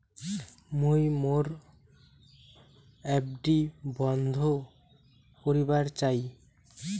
মুই মোর এফ.ডি বন্ধ করিবার চাই